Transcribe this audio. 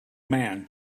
man